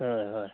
হয় হয়